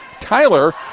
Tyler